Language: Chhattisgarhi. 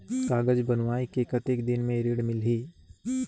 कागज बनवाय के कतेक दिन मे ऋण मिलही?